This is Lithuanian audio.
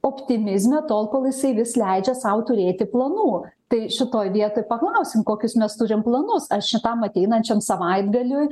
optimizme tol kol jisai vis leidžia sau turėti planų tai šitoj vietoj paklausim kokius mes turim planus aš šitam ateinančiam savaitgaliui